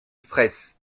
fraysse